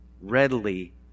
readily